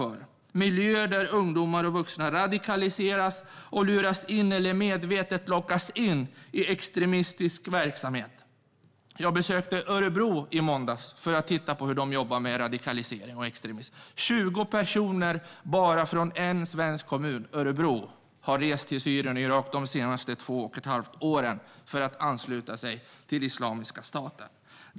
Det är miljöer där ungdomar och vuxna radikaliseras och luras eller lockas medvetet in i extremistisk verksamhet. Jag besökte Örebro i måndags, för att titta på hur de jobbar med radikalisering och extremism. 20 personer från bara en svensk kommun, Örebro, har under de senaste två och ett halvt åren rest till Syrien och Irak för att ansluta sig till Islamiska staten.